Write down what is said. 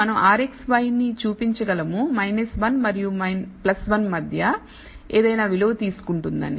మనం rxy ని చూపించగలము 1 మరియు 1 మధ్య ఏదైనా విలువ తీసుకుంటుందని